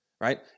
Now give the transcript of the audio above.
right